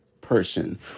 person